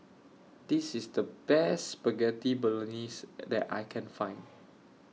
This IS The Best Spaghetti Bolognese that I Can Find